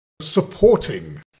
supporting